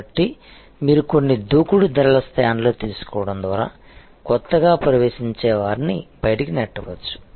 కాబట్టి మీరు కొన్ని దూకుడు ధరల స్టాండ్లు తీసుకోవడం ద్వారా కొత్తగా ప్రవేశించేవారిని బయటకు నెట్టవచ్చు